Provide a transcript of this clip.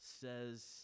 says